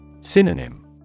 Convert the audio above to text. Synonym